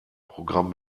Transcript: programm